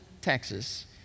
Texas